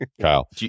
Kyle